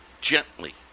gently